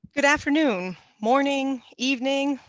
good afternoon, morning, evening,